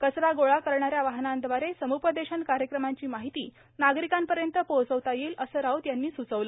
कचरा गोळा करणाऱ्या वाहनाद्वारे सम्पदेशन कार्यक्रमाची माहिती नागरिकांपर्यन्त पोहचवता येईल अस राऊत यांनी सुचवल